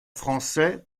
français